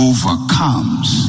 Overcomes